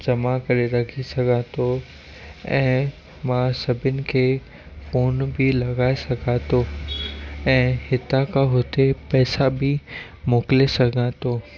जमा करे रखी सघां थो ऐं मां सभिनि खे फ़ोन बि लॻाए सघां थो ऐं हितां खां हुते पैसा बि मोकिले सघां थो